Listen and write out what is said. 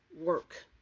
Work